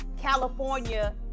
California –